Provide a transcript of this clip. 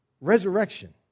resurrection